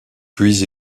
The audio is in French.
puis